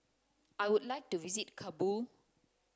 I would like to visit Kabul